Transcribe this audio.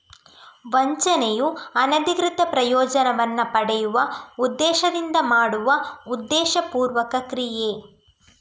ವಂಚನೆಯು ಅನಧಿಕೃತ ಪ್ರಯೋಜನವನ್ನ ಪಡೆಯುವ ಉದ್ದೇಶದಿಂದ ಮಾಡುವ ಉದ್ದೇಶಪೂರ್ವಕ ಕ್ರಿಯೆ